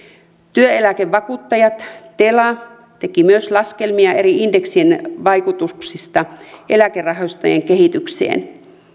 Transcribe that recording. työeläkevakuuttajat tela teki myös laskelmia eri indeksien vaikutuksista eläkerahastojen kehitykseen